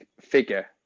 figure